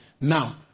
Now